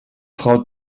frau